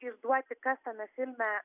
išduoti kas tame filme